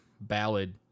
ballad